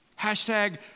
hashtag